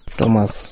Thomas